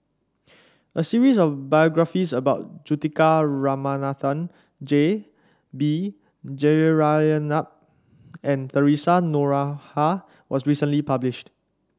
a series of biographies about Juthika Ramanathan J B Jeyaretnam and Theresa Noronha was recently published